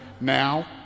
now